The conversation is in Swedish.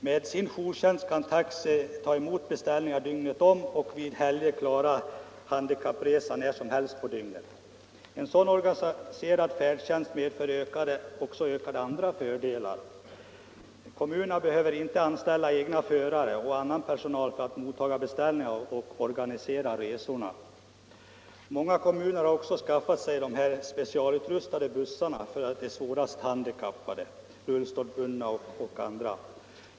Med sin jourtjänst kan taxi ta emot beställningar dygnet om och vid helger klara handikappresor när som helst på dygnet. En så organiserad färdtjänst medför också andra fördelar. Kommunerna behöver inte anställa egna förare och annan personal för att motta beställningar och organisera resorna. Många kommuner har också skaffat sig de specialutrustade bussar som behövs för de svårast handikappade —- rullstolsbundna och andra.